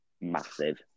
massive